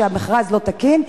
שהמכרז לא תקין,